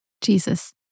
Jesus